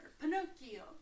Pinocchio